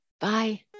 Bye